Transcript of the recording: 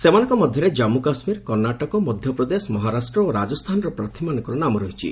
ସେମାନଙ୍କ ମଧ୍ୟରେ ଜାନ୍ମୁ କାଶ୍ମୀର କର୍ଷାଟକ ମଧ୍ୟପ୍ରଦେଶ ମହାରାଷ୍ଟ୍ର ଓ ରାଜସ୍ଥାନର ପ୍ରାର୍ଥୀମାନଙ୍କର ନାମ ରହିଛି